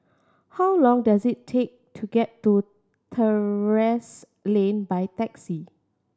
how long does it take to get to Terrasse Lane by taxi